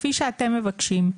כפי שאתם מבקשים,